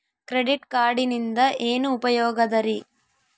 Credit ಕಾರ್ಡಿನಿಂದ ಏನು ಉಪಯೋಗದರಿ?